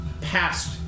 past